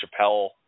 Chappelle